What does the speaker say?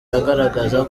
agaragaza